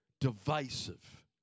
divisive